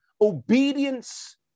obedience